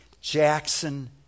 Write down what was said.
Jackson